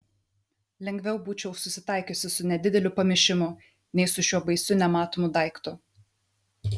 lengviau būčiau susitaikiusi su nedideliu pamišimu nei su šiuo baisiu nematomu daiktu